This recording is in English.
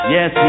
Yes